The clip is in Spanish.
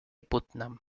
putnam